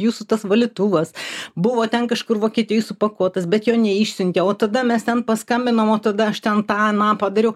jūsų tas valytuvas buvo ten kažkur vokietijoj supakuotas bet jo neišsiuntė o tada mes ten paskambinom o tada aš ten tą aną padariau